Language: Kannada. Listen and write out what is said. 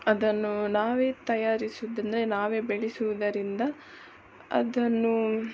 ಅದನ್ನು ನಾವೇ ತಯಾರಿಸೋದ್ರಿಂದ ಅಂದರೆ ನಾವೇ ಬೆಳೆಸುವುದರಿಂದ ಅದನ್ನು